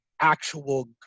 actual